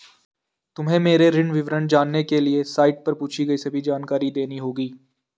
तुम्हें मेरे ऋण विवरण जानने के लिए साइट पर पूछी गई सभी जानकारी देनी होगी